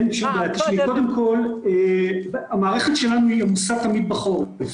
קודם כל המערכת שלנו עמוסה תמיד בחורף,